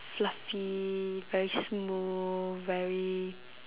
fluffy very smooth very